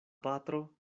patro